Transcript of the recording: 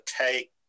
take